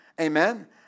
Amen